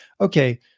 okay